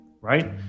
right